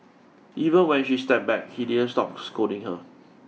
even when she stepped back he didn't stop scolding her